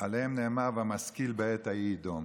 שעליהם נאמר "המשכיל בעת ההיא יִדֹּם"